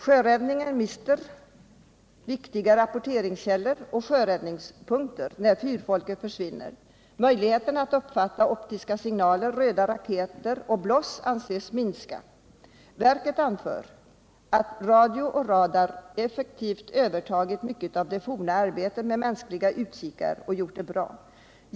Sjöräddningen mister viktiga rapporteringskällor och sjöräddningspunkter när fyrfolket försvinner. Möjligheten att uppfatta optiska signaler, röda raketer och bloss anses komma att minska. Sjöfartsverket anför att radio och radar effektivt övertagit mycket av det forna arbetet med mänskliga utkikar och gjort det bra.